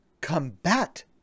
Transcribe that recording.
combat